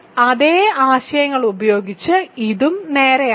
മുമ്പത്തെ അതേ ആശയങ്ങൾ ഉപയോഗിച്ച് ഇതും നേരെയാണ്